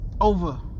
Over